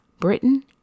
Britain